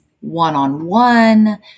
one-on-one